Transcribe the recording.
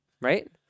right